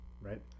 right